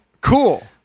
Cool